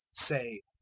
say,